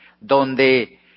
donde